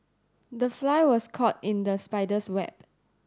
the fly was caught in the spider's web